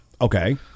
Okay